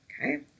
okay